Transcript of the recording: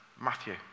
Matthew